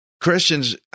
Christians